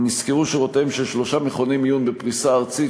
נשכרו שירותיהם של שלושה מכוני מיון בפריסה ארצית,